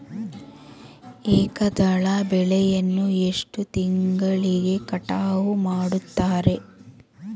ಏಕದಳ ಬೆಳೆಯನ್ನು ಎಷ್ಟು ತಿಂಗಳಿಗೆ ಕಟಾವು ಮಾಡುತ್ತಾರೆ?